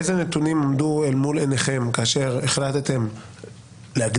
אילו נתונים עמדו מול עיניכם כאשר החלטתם להגדיל,